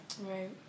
Right